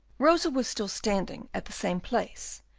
rosa was still standing at the same place,